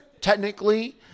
technically